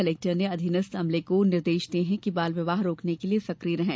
collector ने अधीनस्थ अमले को निर्देश दिए हैं कि बाल विवाह रोकने के लिए सक्रिय रहें